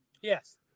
Yes